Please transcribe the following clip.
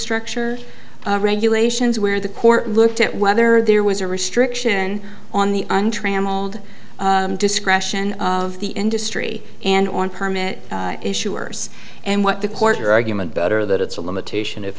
structure regulations where the court looked at whether there was a restriction on the untrammeled discretion of the industry and on permit issuers and what the court or argument better that it's a limitation if